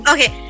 Okay